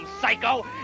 psycho